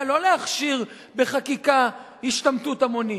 היה לא להכשיר בחקיקה השתמטות המונית.